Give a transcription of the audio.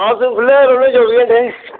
अस खु'ल्ले रौह्न्ने चौबी घैंटे